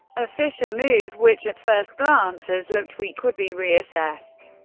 a fischer move, which at first glances looked weak, would be reassessed.